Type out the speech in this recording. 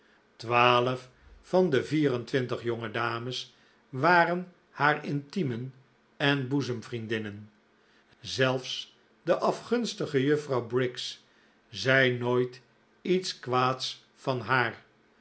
twaalf van de vier en twintig jonge dames waren haar intiemen en boezemvriendinnen zelfs de afgunstige juffrouw briggs zei nooit iets kwaads van haar